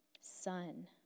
Son